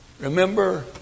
Remember